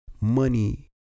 money